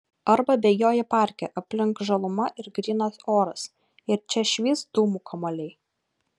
arba bėgioji parke aplink žaluma ir grynas oras ir čia švyst dūmų kamuoliai